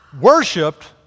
worshipped